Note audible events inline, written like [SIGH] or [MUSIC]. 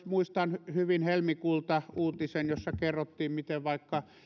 [UNINTELLIGIBLE] muistan hyvin helmikuulta uutisen jossa kerrottiin miten vaikka